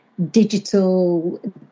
digital